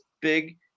big